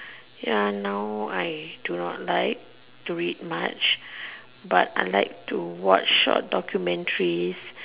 ya now I do not like to read much but I like to watch short documentaries